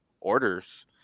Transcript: orders